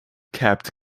capped